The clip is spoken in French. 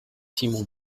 simon